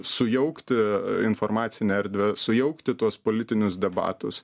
sujaukti informacinę erdvę sujaukti tuos politinius debatus